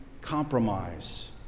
compromise